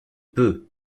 peut